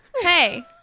Hey